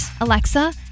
Alexa